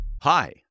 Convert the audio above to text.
Hi